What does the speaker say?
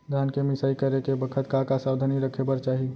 धान के मिसाई करे के बखत का का सावधानी रखें बर चाही?